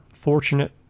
fortunate